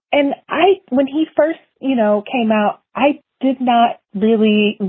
and i when he first you know came out, i did not really.